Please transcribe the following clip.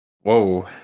Whoa